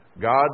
God